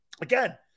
again